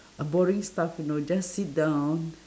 a boring stuff you know just sit down